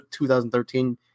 2013